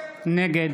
נגד